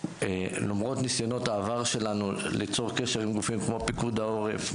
למרות ניסיונות העבר שלנו ליצור קשר עם גופים כמו פיקוד העורף,